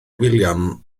william